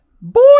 Boy